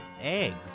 eggs